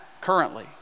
currently